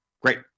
Great